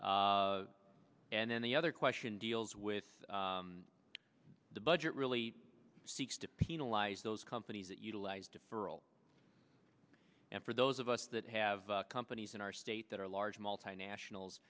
and then the other question deals with the budget really seeks to penalize those companies that utilize deferral and for those of us that have companies in our state that are large multinationals